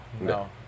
No